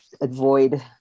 avoid